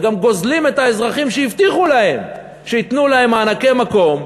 וגם גוזלים את האזרחים שהבטיחו להם שייתנו להם מענקי מקום,